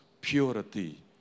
purity